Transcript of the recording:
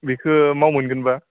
बेखौ मायाव मोनगोन बा